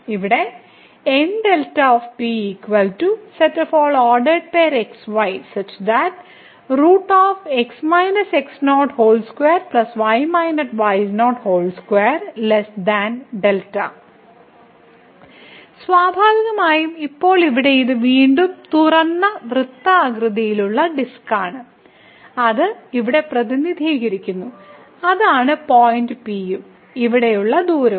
ഇവിടെ സ്വാഭാവികമായും ഇപ്പോൾ ഇവിടെ ഇത് വീണ്ടും തുറന്ന വൃത്താകൃതിയിലുള്ള ഡിസ്ക് ആണ് അത് ഇവിടെ പ്രതിനിധീകരിക്കുന്നു അതാണ് പോയിന്റ് P ഉം ഇവിടെയുള്ള ദൂരവും